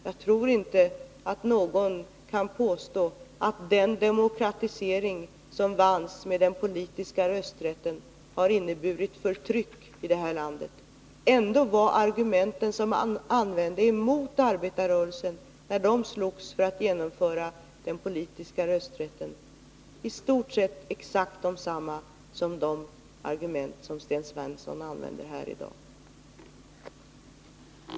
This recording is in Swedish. Jag tror inte att någon kan påstå att den demokratisering som vanns med den politiska rösträtten har inneburit förtryck i det här landet. Ändå var argumenten som man använde mot arbetarrörelsen när den slogs för att genomföra den politiska rösträtten i stort sett exakt desamma som de argument Sten Svensson använder här i dag.